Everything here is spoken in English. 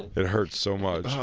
it hurts so much.